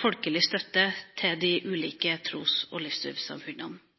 folkelig støtte til de ulike tros- og